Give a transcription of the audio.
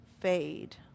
fade